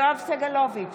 יואב סגלוביץ'